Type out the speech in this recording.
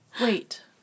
wait